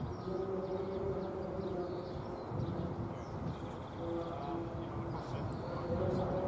ꯃꯃꯟ ꯃꯊꯨꯝ ꯀꯔꯝꯍꯥꯏ ꯇꯧꯕꯅꯣ ꯍꯤꯗꯥꯛ ꯈꯔ